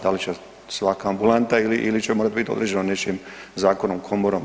Da li će svaka ambulanta ili će morat biti određeno nečim, zakonom, komorom?